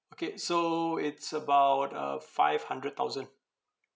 okay so it's about uh five hundred thousand